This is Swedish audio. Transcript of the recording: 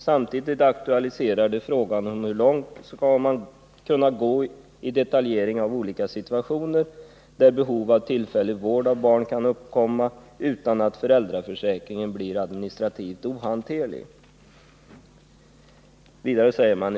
Samtidigt aktualiserar de frågan om hur långt man skall kunna gå i detaljreglering av olika situationer, där behov av tillfällig vård av barn kan uppkomma, utan att föräldraförsäkringen blir administrativt ohanterlig.